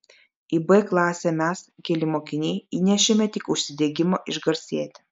į b klasę mes keli mokiniai įnešėme tik užsidegimą išgarsėti